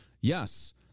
Yes